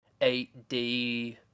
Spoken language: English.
8D